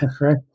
Right